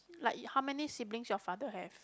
like how many siblings your father have